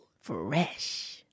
Fresh